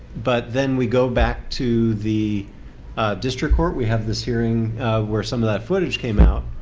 but then we go back to the district court we have this hearing where some of that footage came out.